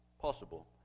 Possible